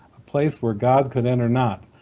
a place where god could enter not.